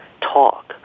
talk